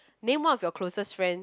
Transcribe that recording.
name one of your closest friend